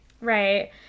Right